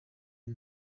uyu